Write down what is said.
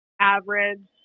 average